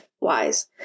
wise